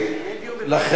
לכן